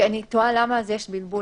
למה יש בלבול